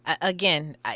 Again